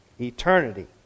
eternity